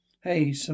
Hey